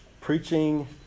Preaching